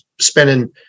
spending